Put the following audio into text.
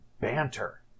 banter